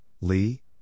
Lee